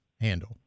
handle